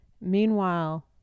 meanwhile